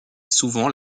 souvent